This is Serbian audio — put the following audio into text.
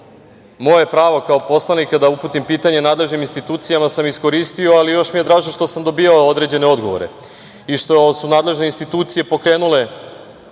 moje pravo kao poslanika da uputim pitanje nadležnim institucijama iskoristio, ali mi je još draže što sam dobijao određene odgovore i što su nadležne institucije pokrenule